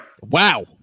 Wow